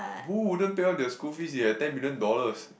who wouldn't pay off their school fees if you had ten million dollars